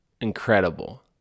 incredible